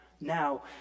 now